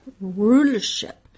rulership